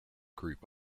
group